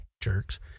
Jerks